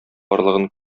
барлыгын